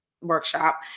workshop